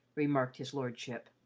remarked his lordship.